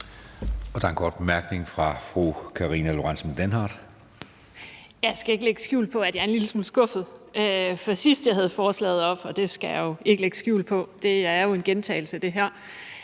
Jeg skal ikke lægge skjul på, at jeg er en lille smule skuffet. For sidst jeg havde forslaget oppe – og jeg skal heller ikke lægge skjul på, at det her jo er en gentagelse – var